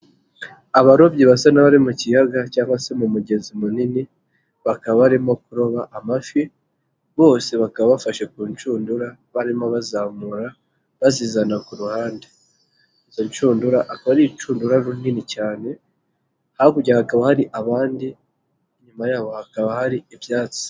Abarobyi basa n'abari mu kiyaga cyangwa se mu mugezi munini bakaba barimo kuroba amafi bose bakaba bafashe ku nshundura barimo bazamura bazizana ku ruhande, izo nshundura akaba ari inshundura runini cyane, hakurya hakaba hari abandi, inyuma yaho hakaba hari ibyatsi.